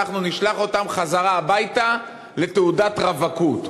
אנחנו נשלח אותם חזרה הביתה לתעודת רווקות.